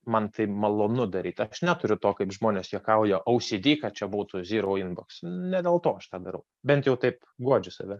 man taip malonu daryti aš neturiu to kaip žmonės juokauja au sidi čia būtų zyrau inboks ne dėl to aš tą darau bent jau taip guodžiu save